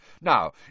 Now